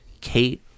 Kate